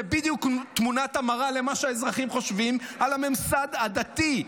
זה בדיוק תמונת המראה למה שהאזרחים חושבים על הממסד הדתי.